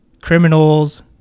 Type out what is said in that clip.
Criminals